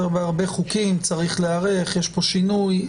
בהרבה חוקים צריך להיערך, יש פה שינוי.